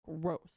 gross